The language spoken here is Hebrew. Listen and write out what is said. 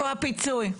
איפה הפיצוי?